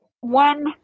one